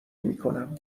میکنم